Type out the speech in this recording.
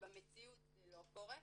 שבמציאות זה לא קורה.